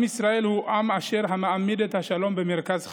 עם ישראל הוא עם אשר מעמיד את השלום במרכז חייו.